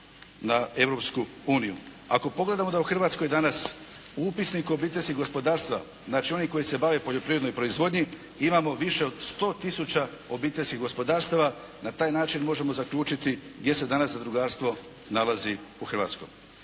na Europsku uniju. Ako pogledamo da u Hrvatskoj danas u upisniku obiteljskih gospodarstava znači onih koji se bave poljoprivrednom proizvodnjom imamo više od 100 tisuća obiteljskih gospodarstava na taj način možemo zaključiti gdje se danas zadrugarstvo nalazi u Hrvatskoj.